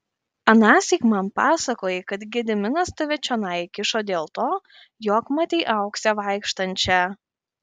anąsyk man pasakojai kad gediminas tave čionai įkišo dėl to jog matei auksę vaikštančią